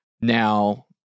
Now